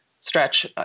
stretch